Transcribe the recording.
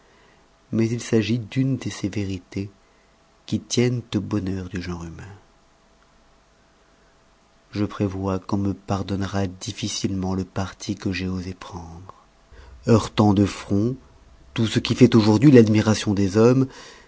mais il s'agit d'une de ces vérités qui tiennent au bonheur du genre humain je prévois qu'on me pardonnera difficilement le parti que j'ai osé prendre heurtant de front tout ce qui fait aujourd'hui l'admiration des hommes